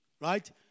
Right